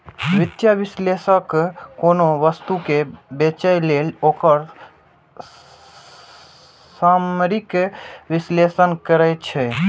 वित्तीय विश्लेषक कोनो वस्तु कें बेचय लेल ओकर सामरिक विश्लेषण करै छै